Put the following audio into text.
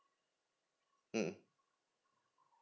mm